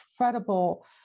incredible